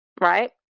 right